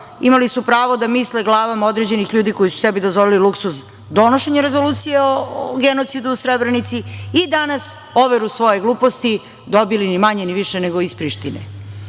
imali su pravo da misle glavama određenih ljudi koji su sebi dozvolili luksuz donošenja rezolucije o genocidu u Srebrenici i danas overu svoje gluposti, dobili ni manje ni više nego iz Prištine.E,